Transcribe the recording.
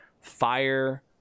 fire